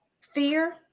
fear